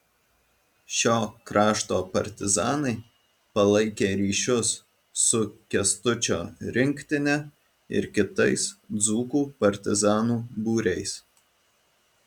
šio krašto partizanai palaikė ryšius su kęstučio rinktine ir kitais dzūkų partizanų būriais